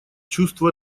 чувству